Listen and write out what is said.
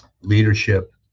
leadership